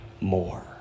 more